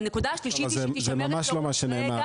והנקודה השלישית היא -- זה ממה לא מה שנאמר,